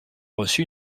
reçu